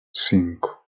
cinco